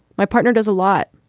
my partner does a lot.